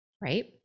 Right